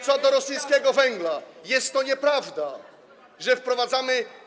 Co do rosyjskiego węgla to jest to nieprawda, że wprowadzamy.